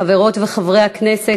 חברות וחברי הכנסת,